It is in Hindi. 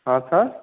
हाँ सर